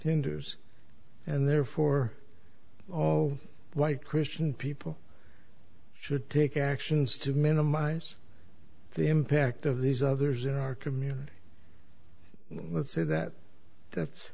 hindus and therefore all white christian people should take actions to minimize the impact of these others in our community with so that that's